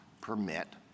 permit